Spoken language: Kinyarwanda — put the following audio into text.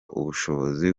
ubushobozi